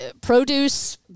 Produce